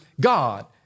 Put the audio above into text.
God